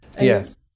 Yes